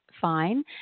fine